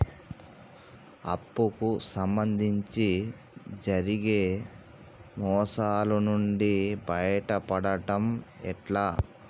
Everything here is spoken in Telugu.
అప్పు కు సంబంధించి జరిగే మోసాలు నుండి బయటపడడం ఎట్లా?